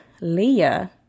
Leah